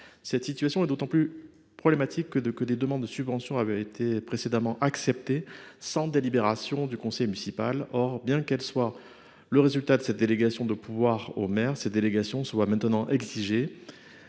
Cette situation est d’autant plus problématique que des demandes de subventions avaient été précédemment acceptées sans délibération du conseil municipal. Or, bien qu’elles soient le résultat de cette délégation de pouvoir au maire, ces délégations requièrent